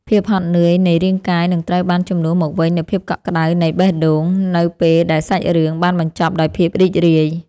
ភាពហត់នឿយនៃរាងកាយនឹងត្រូវបានជំនួសមកវិញនូវភាពកក់ក្ដៅនៃបេះដូងនៅពេលដែលសាច់រឿងបានបញ្ចប់ដោយភាពរីករាយ។